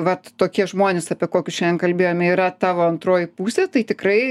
vat tokie žmonės apie kokius šiandien kalbėjome yra tavo antroji pusė tai tikrai